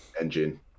Engine